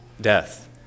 death